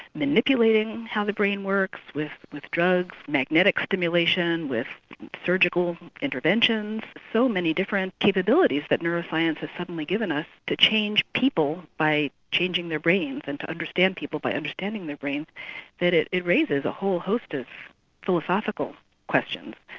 manipulating how the brain works with with drugs, magnetic stimulation, with surgical interventions, so many different capabilities that neuroscience has suddenly given us to change people by changing their brains, and to understand people by understanding their brain that it it raises a whole host of philosophical questions.